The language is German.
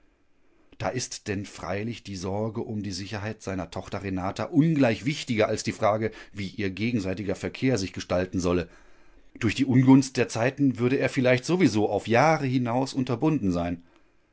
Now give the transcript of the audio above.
da ist denn freilich die sorge um die sicherheit seiner tochter renata ungleich wichtiger als die frage wie ihr gegenseitiger verkehr sich gestalten solle durch die ungunst der zeiten würde er vielleicht sowieso auf jahre hinaus unterbunden sein